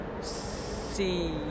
see